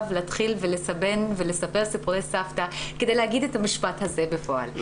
להתחיל ולסבן ולספר סיפורי סבתא כדי להגיד את המשפט הזה בפועל,